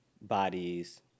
Bodies